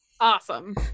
Awesome